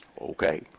Okay